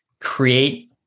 create